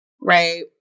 Right